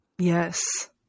Yes